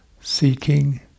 seeking